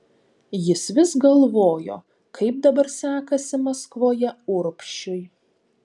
jis vis galvojo kaip dabar sekasi maskvoje urbšiui